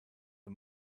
the